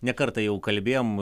ne kartą jau kalbėjom